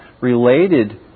related